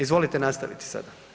Izvolite nastaviti sada.